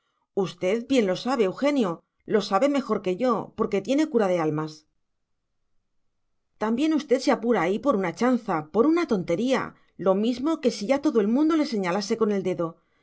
usted bien lo sabe eugenio lo sabe mejor que yo porque tiene cura de almas también usted se apura ahí por una chanza por una tontería lo mismo que si ya todo el mundo le señalase con el dedo